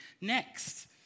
next